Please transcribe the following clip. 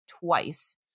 twice